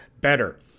better